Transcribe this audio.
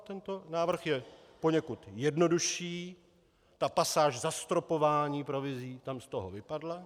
Tento návrh je poněkud jednodušší, pasáž zastropování provizí z toho vypadla.